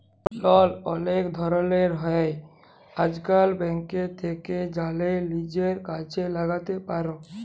লল অলেক ধরলের হ্যয় আইজকাল, ব্যাংক থ্যাকে জ্যালে লিজের কাজে ল্যাগাতে পার